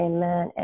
Amen